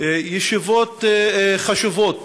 ישיבות חשובות